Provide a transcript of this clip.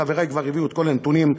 חברי כבר הביאו את כל הנתונים,